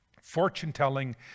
Fortune-telling